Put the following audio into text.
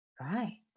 Right